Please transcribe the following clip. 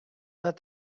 let